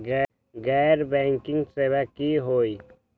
गैर बैंकिंग सेवा की होई?